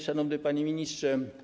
Szanowny Panie Ministrze!